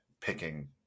picking